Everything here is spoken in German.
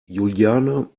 juliane